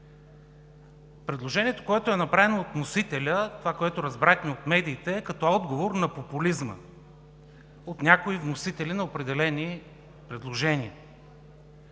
Предложението, направено от вносителя – това, което разбрахме от медиите, като отговор на популизма от някои вносители на определени предложения